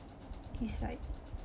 it's like